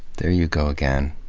there you go again.